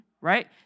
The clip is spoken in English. right